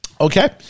okay